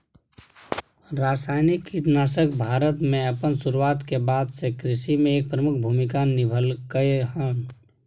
रासायनिक कीटनाशक भारत में अपन शुरुआत के बाद से कृषि में एक प्रमुख भूमिका निभलकय हन